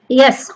yes